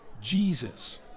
Jesus